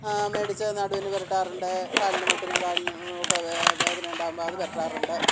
മേടിച്ച് നടുവിന് പുരട്ടാറുണ്ട് കാലിനും മുട്ടിനും കാലിനും ഒക്കെ വേദന ഉണ്ടാവുമ്പം അത് പുരട്ടാറുണ്ട്